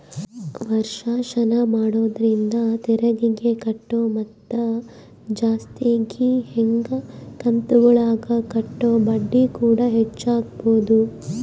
ವರ್ಷಾಶನ ಮಾಡೊದ್ರಿಂದ ತೆರಿಗೆಗೆ ಕಟ್ಟೊ ಮೊತ್ತ ಜಾಸ್ತಗಿ ಹಂಗೆ ಕಂತುಗುಳಗ ಕಟ್ಟೊ ಬಡ್ಡಿಕೂಡ ಹೆಚ್ಚಾಗಬೊದು